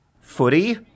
Footy